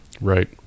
right